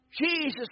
Jesus